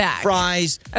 fries